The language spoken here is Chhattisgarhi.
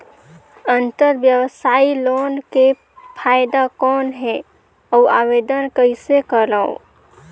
अंतरव्यवसायी लोन के फाइदा कौन हे? अउ आवेदन कइसे करव?